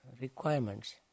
requirements